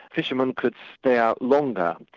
fishermen could stay out longer,